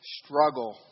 struggle